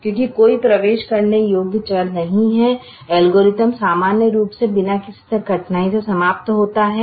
इसलिए कोई प्रवेश करने योग्य चर नहीं है एल्गोरिथ्म सामान्य रूप से बिना किसी कठिनाई के समाप्त होता है